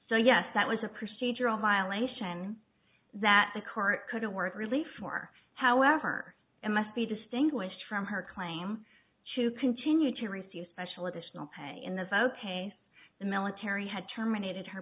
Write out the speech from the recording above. so yes that was a procedural violation that the court couldn't work relief for however it must be distinguished from her claim to continue to receive special additional pay in those ok the military had terminated her